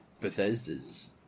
Bethesda's